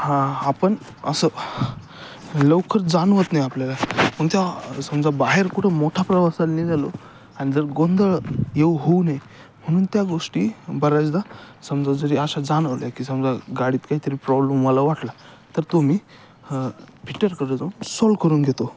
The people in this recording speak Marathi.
हा आपण असं लवकर जाणवत नाही आपल्याला पण त्या समजा बाहेर कुठं मोठा प्रवासाला निघालो आणि जर गोंधळ येऊ होऊ नये म्हणून त्या गोष्टी बऱ्याचदा समजा जरी अशा जाणवल्या की समजा गाडीत काहीतरी प्रॉब्लेम मला वाटला तर तो मी फिट्टरकडं जाऊन सोल् करून घेतो